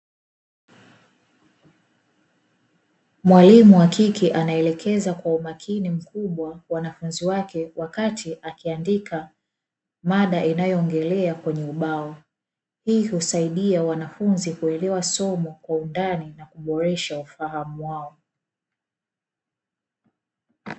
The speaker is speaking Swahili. Mwalimu wa kike anaelekeza kwa umakini mkubwa wanafunzi wake, wakati akiandika mada inayoongelea kwenye ubao. Hii husaidia wanafunzi kuelewa somo kwa undani na kuboresha ufahamu wao.